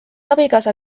abikaasa